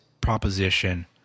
proposition